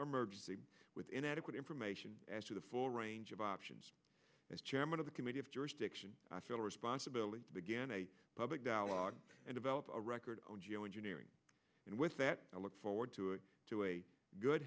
emergency with inadequate information as to the full range of options as chairman of the committee of jurisdiction i feel responsibility began a public dialogue and developed a record of geoengineering and with that i look forward to it to a good